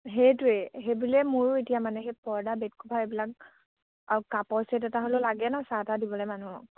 সেইটোৱে মোৰো এতিয়া মানে সেই পৰ্দা বেডকভাৰ এইবিলাক আৰু কাপৰ ছেট এটা হ'লেও লাগে ন চাহ তাহ দিবলে মানুহক